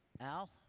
Al